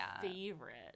favorite